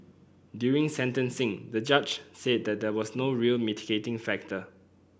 during sentencing the judge said that there was no real mitigating factor